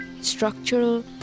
Structural